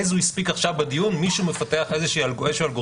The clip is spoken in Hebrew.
תוך כדי הדיון הזה מישהו מפתח איזה אלגוריתם